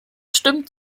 stimmt